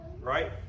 right